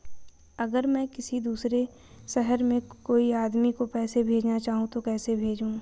अगर मैं किसी दूसरे शहर में कोई आदमी को पैसे भेजना चाहूँ तो कैसे भेजूँ?